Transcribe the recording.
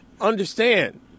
understand